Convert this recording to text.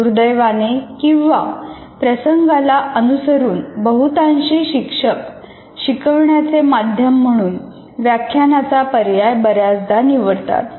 दुर्दैवाने किंवा प्रसंगाला अनुसरून बहुतांशी शिक्षक शिकवण्याचे माध्यम म्हणून व्याख्यानाचा पर्याय बऱ्याचदा निवडतात